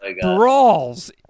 brawls